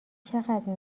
چقدر